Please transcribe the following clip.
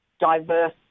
diverse